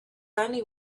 only